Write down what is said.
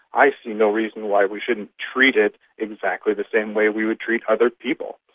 i see no reason why we shouldn't treat it exactly the same way we would treat other people.